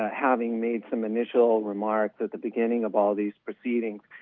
having made some initial remarks at the beginning of all of these proceedings,